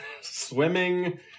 swimming